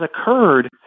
occurred